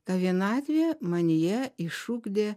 ta vienatvė manyje išugdė